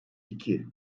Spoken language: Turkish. iki